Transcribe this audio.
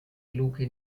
luke